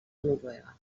noruega